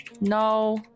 no